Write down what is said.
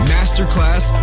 Masterclass